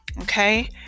Okay